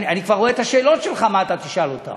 אני כבר רואה את השאלות שלך, מה אתה תשאל אותם.